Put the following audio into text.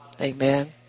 Amen